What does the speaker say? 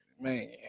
man